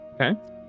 okay